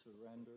surrender